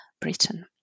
Britain